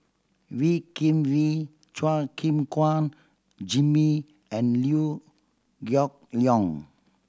Wee Kim Wee Chua Gim Guan Jimmy and Liew Geok Leong